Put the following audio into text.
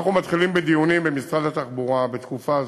אנחנו מתחילים בדיונים במשרד התחבורה בתקופה הזאת,